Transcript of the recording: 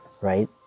right